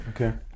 okay